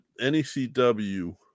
NECW